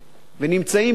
נמצאת כאן קבוצה,